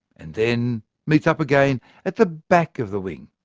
and then meets up again at the back of the wing.